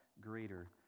greater